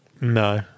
No